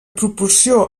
proporció